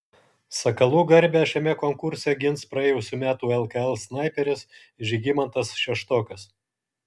sakalų garbę šiame konkurse gins praėjusių metų lkl snaiperis žygimantas šeštokas